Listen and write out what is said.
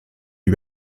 lui